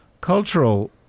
cultural